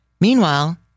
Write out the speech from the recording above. Meanwhile